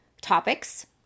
topics